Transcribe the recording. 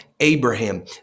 abraham